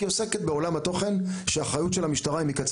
כי היא עוסקת בעולם התוכן שהאחריות של המשטרה היא מקצה